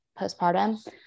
postpartum